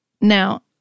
Now